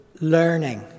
learning